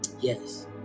Yes